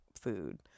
food